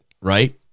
right